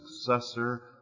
successor